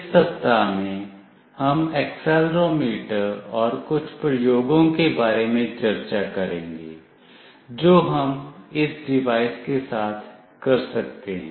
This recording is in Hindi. इस सप्ताह में हम एक्सेलेरोमीटर और कुछ प्रयोगों के बारे में चर्चा करेंगे जो हम इस डिवाइस के साथ कर सकते हैं